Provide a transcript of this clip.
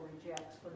rejects